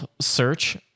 search